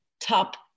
top